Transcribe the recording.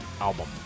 album